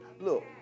Look